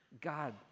God